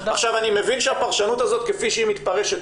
עכשיו אני מבין שהפרשנות הזאת כפי שהיא מתפרשת